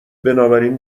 بنابراین